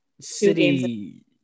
City